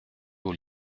aux